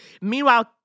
Meanwhile